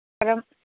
ꯀꯔꯝ